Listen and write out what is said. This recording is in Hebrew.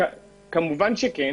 כמובן שכן,